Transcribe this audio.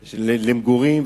למגורים.